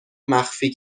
مخفی